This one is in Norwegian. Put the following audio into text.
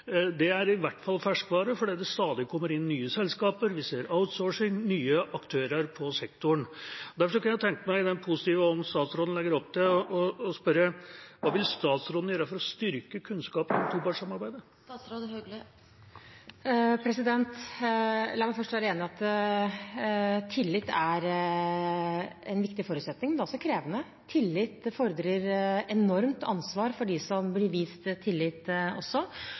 på er i hvert fall ferskvare, fordi stadig nye selskaper kommer inn, vi ser outsourcing og nye aktører i sektoren. Derfor kunne jeg tenke meg å spørre hva statsråden legger opp til å gjøre for å styrke kunnskapen om topartssamarbeidet? La meg først være enig i at tillit er en viktig forutsetning, men det er også krevende. Tillit fordrer enormt ansvar for dem som blir vist